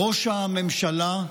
ראש הממשלה,